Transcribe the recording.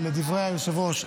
לדברי היושב-ראש,